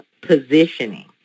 positioning